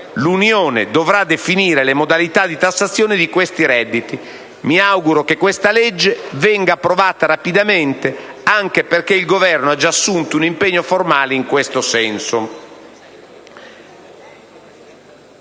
L'Unione dovrà definire le modalità di tassazione di questi redditi. Mi auguro che questa legge venga approvata rapidamente, anche perché il Governo ha già assunto un impegno formale in tal senso.